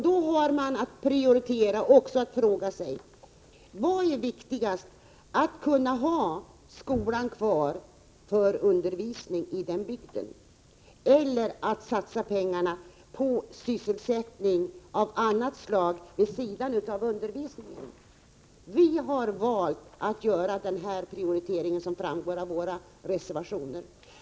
Då har man att prioritera och att fråga sig vad som är viktigast, att kunna ha en skola kvar för undervisning i bygden eller att satsa pengar på sysselsättning av annat slag, vid sidan av undervisningen? Vi har valt att göra den prioritering som framgår av våra reservationer.